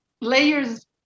layers